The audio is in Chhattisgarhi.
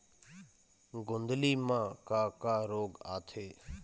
गोंदली म का का रोग आथे?